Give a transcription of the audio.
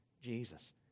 Jesus